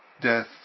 death